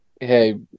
Hey